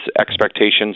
expectations